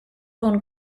own